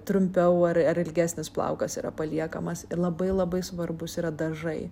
trumpiau ar ilgesnis plaukas yra paliekamas ir labai labai svarbūs yra dažai